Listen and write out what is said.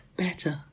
better